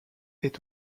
est